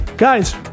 Guys